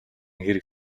хэрэг